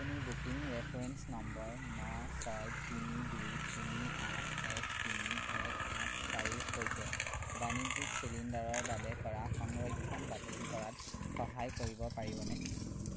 আপুনি booking reference number ন ছয় তিনি দুই তিনি আঠ এক তিনি এক আঠ চাৰিৰ সৈতে বাণিজ্যিক চিলিণ্ডাৰৰ বাবে কৰা সংৰক্ষণ বাতিল কৰাত সহায় কৰিব পাৰিবনে